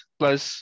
plus